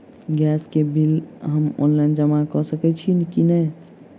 Gas केँ bill हम online जमा कऽ सकैत छी की नै?